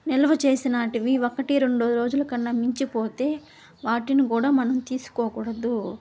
నిల్వ చేసినాటివి ఒకటి రెండో రోజుల కన్నా మించిపోతే వాటిని కూడా మనం తీసుకోకూడదు